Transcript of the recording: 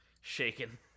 Shaken